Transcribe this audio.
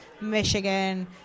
Michigan